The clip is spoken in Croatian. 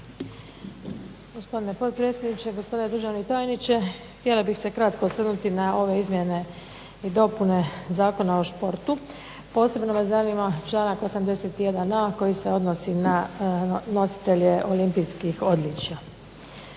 Gospodine potpredsjedniče, gospodine državni tajniče. Htjela bih se kratko osvrnuti na ove izmjene i dopune Zakona o športu, posebno me zanima članak 81.a koji se odnosi na nositelje olimpijskih odličja.